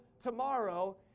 tomorrow